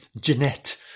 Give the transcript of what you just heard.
Jeanette